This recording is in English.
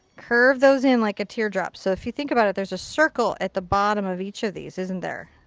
curve those in like a teardrop. so if you think about it, there's a circle at the bottom of each of these. isn't there?